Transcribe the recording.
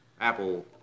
apple